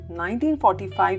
1945